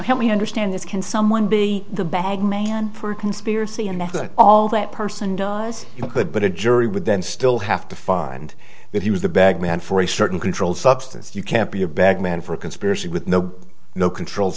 me understand this can someone be the bag man for conspiracy and after all that person dies you could put a jury would then still have to find that he was the bag man for a certain controlled substance you can't be a bag man for conspiracy with no no controlled